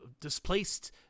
displaced